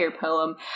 poem